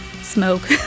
smoke